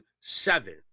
seven